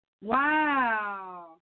Wow